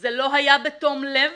זה לא היה בתום לב